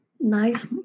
nice